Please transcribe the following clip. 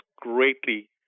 greatly